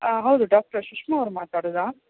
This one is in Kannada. ಹೌದು ಡಾಕ್ಟರ್ ಸುಷ್ಮಾ ಅವರು ಮಾತಾಡುದ